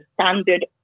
standard